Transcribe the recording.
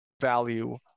value